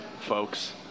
Folks